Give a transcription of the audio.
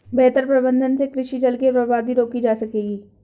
बेहतर प्रबंधन से कृषि जल की बर्बादी रोकी जा सकेगी